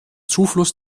zufluss